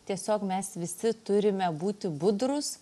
tiesiog mes visi turime būti budrūs